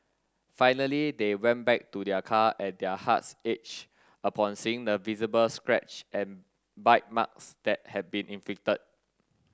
finally they went back to their car and their hearts upon seeing the visible scratch and bite marks that had been inflicted